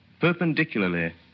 perpendicularly